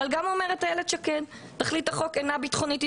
וגם אילת שקד אומרים שתכלית החוק אינה ביטחונית,